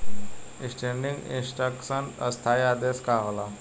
Standing instruction स्थाई आदेश का होला?